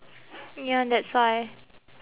ya that's why